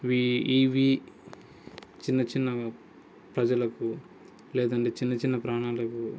ఇవి ఇవి చిన్నచిన్న ప్రజలకు లేదంటే చిన్న చిన్న ప్రాణాలకు